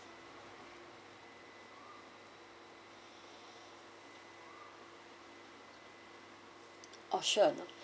oh sure